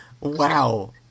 Wow